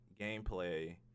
gameplay